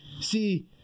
see